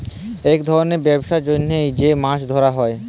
ইক ধরলের ব্যবসার জ্যনহ যে মাছ ধ্যরা হ্যয়